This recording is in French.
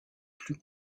plus